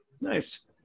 Nice